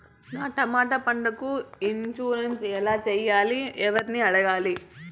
నా టమోటా పంటకు ఇన్సూరెన్సు ఎలా చెయ్యాలి? ఎవర్ని అడగాలి?